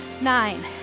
Nine